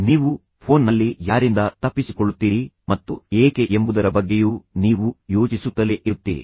ನೀವು ಫೋನ್ ನಲ್ಲಿ ಯಾರಿಂದ ತಪ್ಪಿಸಿಕೊಳ್ಳುತ್ತೀರಿ ಮತ್ತು ಏಕೆ ಎಂಬುದರ ಬಗ್ಗೆಯೂ ನೀವು ಯೋಚಿಸುತ್ತಲೇ ಇರುತ್ತೀರಿ